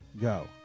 go